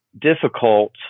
difficult